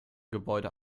gebäude